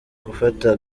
gufata